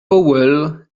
powell